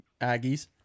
Aggies